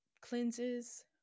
cleanses